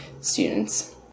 students